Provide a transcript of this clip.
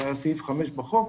סעיף 5 בחוק,